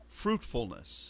fruitfulness